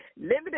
limited